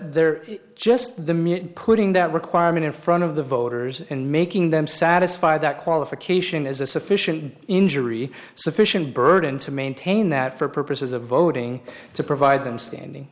they're just the minute putting that requirement in front of the voters and making them satisfy that qualification is a sufficient injury sufficient burden to maintain that for purposes of voting to provide them standing